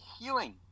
healing